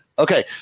Okay